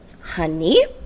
Honey